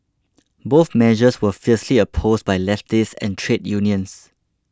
both measures were fiercely opposed by leftists and trade unions